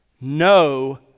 No